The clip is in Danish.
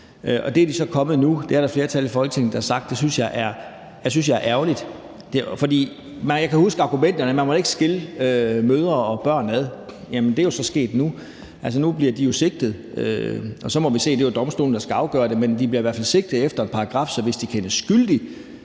Det er der et flertal i Folketinget, der har sagt, og det synes jeg er ærgerligt. Jeg kan huske argumenterne: at man ikke måtte skille mødre og børn ad. Jamen det er jo så sket nu. Altså, nu bliver de jo sigtet, og så må vi se. Det er jo domstolene, der skal afgøre det, men de bliver i hvert fald sigtet efter en paragraf, så hvis de kendes skyldige,